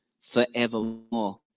forevermore